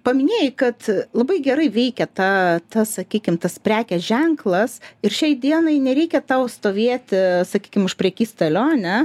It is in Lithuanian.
paminėjai kad labai gerai veikia ta ta sakykim tas prekės ženklas ir šiai dienai nereikia tau stovėti sakykim už prekystalio ane